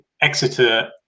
Exeter